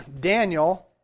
Daniel